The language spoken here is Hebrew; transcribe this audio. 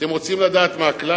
אתם רוצים לדעת מה הכלל?